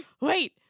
Wait